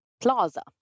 plaza